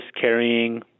carrying